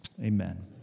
amen